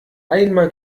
einmal